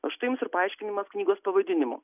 o štai jums ir paaiškinimas knygos pavadinimo